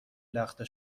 لخته